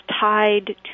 tied